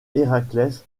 héraclès